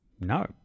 no